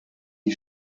die